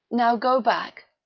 now go back.